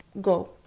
go